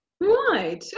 Right